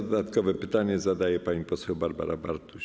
Dodatkowe pytanie zadaje pani poseł Barbara Bartuś.